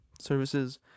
services